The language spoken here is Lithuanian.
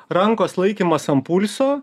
rankos laikymas ant pulso